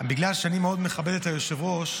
בגלל שאני מאוד מכבד את היושב-ראש,